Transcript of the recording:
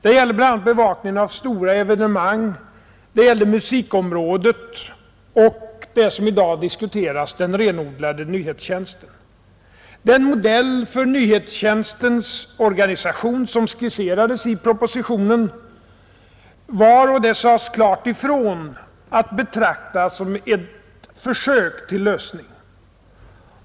Det gällde bl.a. bevakningen av stora evenemang, det gällde musikområdet och det som i dag diskuteras, nämligen den renodlade nyhetstjänsten. Den modell för nyhetstjänstens organisation som skisserades i propositionen var — och det sades klart ifrån — att betrakta såsom ett försök till lösning.